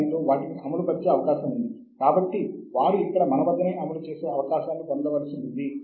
శోధించడానికి మరో రెండు మార్గాలు కూడా ఉన్నాయి